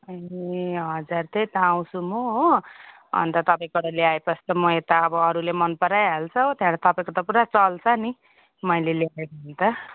ए हजुर त्यही त आउँछु म हो अनि त तपाईँकोबाट ल्याएपछि चाहिँ म यता अब अरूले मन पराइहाल्छ हो त्यहाँबाट तपाईँको त पुरा चल्छ नि मैले ल्याएँ भने त